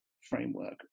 framework